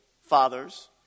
fathers